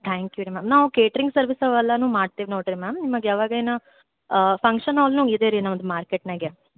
thank you ರೀ ma'am ನಾವು catering service ಅವೆಲ್ಲ ಮಾಡ್ತಿವಿ ನೋಡಿರಿ ಮ್ಯಾಮ್ ನಿಮಗೆ ಯಾವಾಗೇನಾ ಫಂಕ್ಷನ್ ಹಾಲೂ ಇದೆ ರೀ ನಮ್ದು ಮಾರ್ಕೆಟ್ಟಿನಾಗೆ